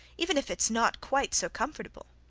even if it's not quite so comfortable.